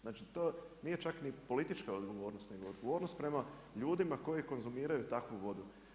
Znači, to nije čak ni politička odgovornost nego je odgovornost prema ljudima koji konzumiraju takvu vodu.